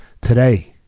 today